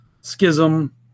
schism